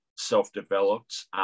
self-developed